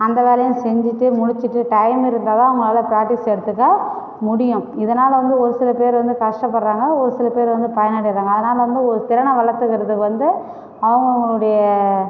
அந்த வேலையும் செஞ்சுட்டு முடித்துட்டு டைம் இருந்தால் தான் அவங்களால ப்ராக்டிஸ் எடுத்துக்க முடியும் இதனால் வந்து ஒரு சில பேர் வந்து கஷ்டப்படுகிறாங்க ஒரு சில பேர் வந்து பயனடைகிறாங்க அதனால் வந்து ஒரு திறனை வளர்த்துக்குறதுக்கு வந்து அவுங்கவங்களுடைய